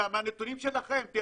מהנתונים שלכם.